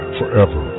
forever